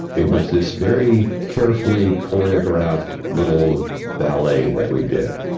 it was this very carefully choreographed little ballet that we did,